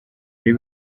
ari